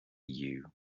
you